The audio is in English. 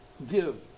give